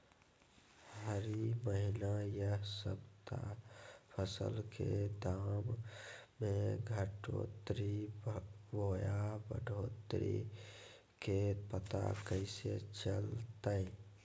हरी महीना यह सप्ताह फसल के दाम में घटोतरी बोया बढ़ोतरी के पता कैसे चलतय?